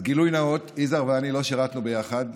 אז גילוי נאות: יזהר ואני לא שירתנו ביחד,